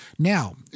Now